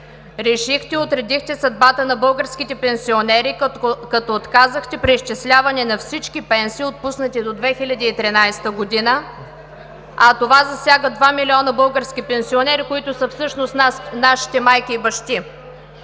Решихте, отредихте съдбата на българските пенсионери, като отказахте преизчисляване на всички пенсии, отпуснати до 2013 г., а това засяга два милиона български пенсионери, които са всъщност нашите майки и бащи.